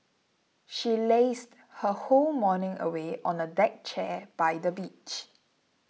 she lazed her whole morning away on a deck chair by the beach